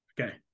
Okay